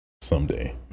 someday